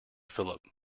philip